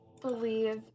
believe